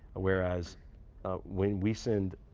whereas when we send